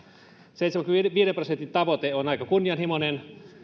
seitsemänkymmenenviiden prosentin tavoite on aika kunnianhimoinen